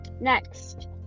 Next